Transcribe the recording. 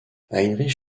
heinrich